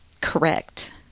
correct